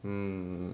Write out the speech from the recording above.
mm